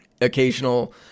Occasional